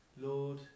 Lord